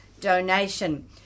donation